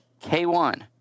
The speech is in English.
K1